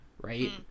right